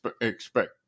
expect